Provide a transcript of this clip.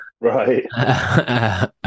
Right